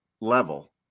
level